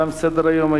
תם סדר-היום.